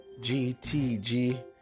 GTG